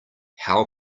how